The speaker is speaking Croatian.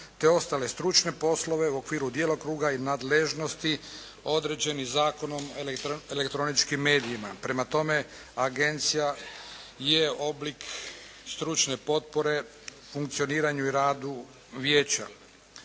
te ostale stručne poslove u okviru djelokruga i nadležnosti određenih Zakonom o elektroničkim medijima. Prema tome agencija je oblik stručne potpore funkcioniranju i radu vijeća.